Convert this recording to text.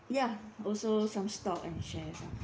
ya also some stock and shares ah